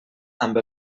amb